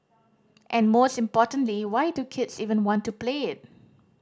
and most importantly why do kids even want to play it